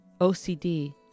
OCD